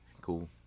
Cool